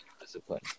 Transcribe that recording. discipline